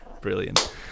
Brilliant